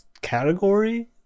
category